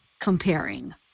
comparing